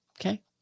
okay